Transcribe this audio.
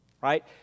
Right